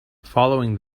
following